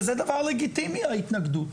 וזה דבר לגיטימי ההתנגדות,